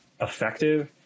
effective